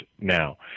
now